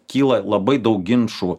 kyla labai daug ginčų